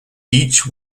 each